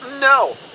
No